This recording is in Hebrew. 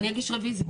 ואני אגיד רביזיה.